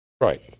Right